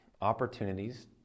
Opportunities